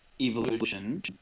evolution